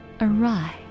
awry